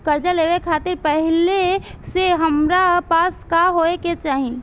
कर्जा लेवे खातिर पहिले से हमरा पास का होए के चाही?